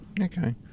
Okay